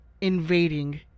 invading